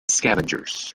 scavengers